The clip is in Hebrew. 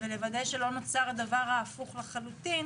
ולוודא שלא נוצר הדבר ההפוך לחלוטין